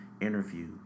interview